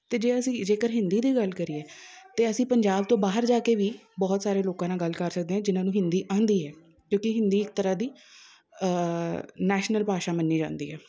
ਅਤੇ ਜੇ ਅਸੀਂ ਜੇਕਰ ਹਿੰਦੀ ਦੀ ਗੱਲ ਕਰੀਏ ਤਾਂ ਅਸੀਂ ਪੰਜਾਬ ਤੋਂ ਬਾਹਰ ਜਾ ਕੇ ਵੀ ਬਹੁਤ ਸਾਰੇ ਲੋਕਾਂ ਨਾਲ ਗੱਲ ਕਰ ਸਕਦੇ ਹਾਂ ਜਿਨ੍ਹਾਂ ਨੂੰ ਹਿੰਦੀ ਆਉਂਦੀ ਹੈ ਕਿਉਂਕਿ ਹਿੰਦੀ ਇੱਕ ਤਰ੍ਹਾਂ ਦੀ ਨੈਸ਼ਨਲ ਭਾਸ਼ਾ ਮੰਨੀ ਜਾਂਦੀ ਹੈ